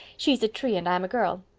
she's a tree and i'm a girl,